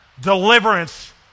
Deliverance